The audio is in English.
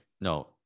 no